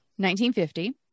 1950